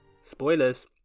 Spoilers